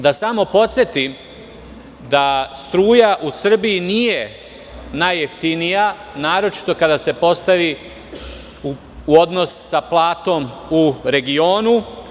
Samo bih podsetio da struja u Srbiji nije najjeftinija, naročito kada se postavi u odnos sa platom u regionu.